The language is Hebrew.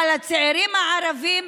אבל הצעירים הערבים,